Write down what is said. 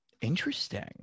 Interesting